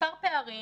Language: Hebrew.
מספר פערים